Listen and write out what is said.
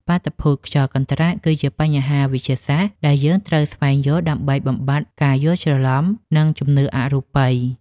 បាតុភូតខ្យល់កន្ត្រាក់ គឺជាបញ្ហាវិទ្យាសាស្ត្រដែលយើងត្រូវស្វែងយល់ដើម្បីបំបាត់ការយល់ច្រឡំ និងជំនឿអរូបី។